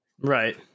Right